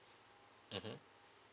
mmhmm